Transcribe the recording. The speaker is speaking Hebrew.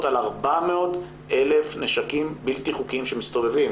על 400,000 נשקים בלתי-חוקיים שמסתובבים.